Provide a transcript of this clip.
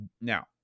Now